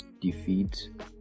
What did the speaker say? defeat